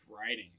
writing